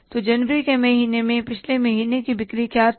तो जनवरी के महीने में पिछले महीने की बिक्री क्या थी